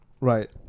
Right